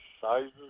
sizes